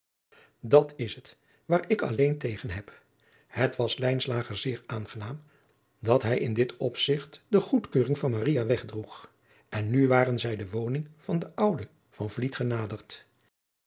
dat is het waar ik alleen tegen heb het was lijnslager zeer aangenaam dat hij in dit opzigt de goedkeuring van maria wegdroeg en nu waren zij de woning van den ouden van vliet genaderd